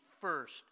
first